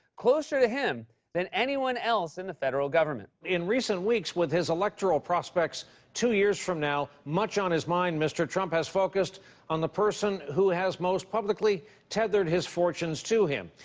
closer to him than anyone else in the federal government. in recent weeks, with his electoral prospects two years from now much on his mind, mr. trump has focused on the person who has most publicly tethered his fortunes to him.